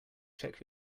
check